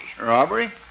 Robbery